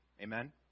Amen